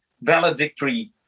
valedictory